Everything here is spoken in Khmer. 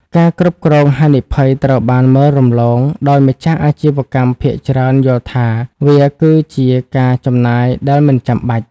ការគ្រប់គ្រងហានិភ័យត្រូវបានមើលរំលង ដោយម្ចាស់អាជីវកម្មភាគច្រើនយល់ថាវាគឺជាការចំណាយដែលមិនចាំបាច់។